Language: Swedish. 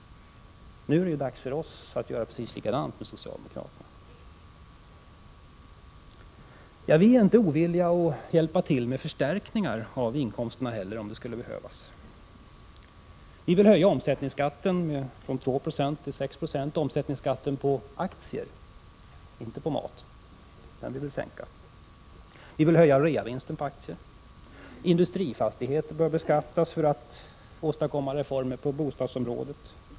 Nu är det dags för oss att göra likadant som socialdemokraterna då gjorde. Vi är inte ovilliga att hjälpa till att förstärka inkomsterna om det skulle behövas. Vi vill höja aktieomsättningsskatten från 2 96 till 6 76, och vi vill höja reavinstskatten på aktier. Industrifastigheter bör beskattas för att åstadkomma reformer på bostadsområdet.